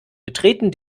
betreten